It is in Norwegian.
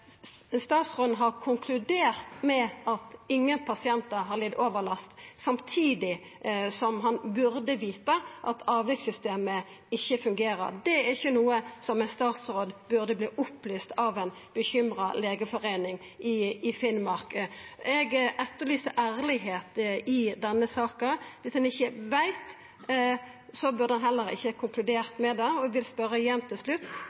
statsråden har konkludert med at ingen pasientar har lidd overlast, samtidig som han burde vita at avvikssystemet ikkje fungerer. Det er ikkje noko som ein statsråd burde verta opplyst om av ei bekymra legeforeining i Finnmark. Eg etterlyste ærlegdom i denne saka – dersom ein ikkje veit, burde ein heller ikkje konkludert. Og eg vil spørja igjen til slutt: